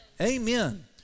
Amen